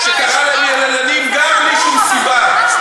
וקרא להם "יללנים", גם בלי שום סיבה.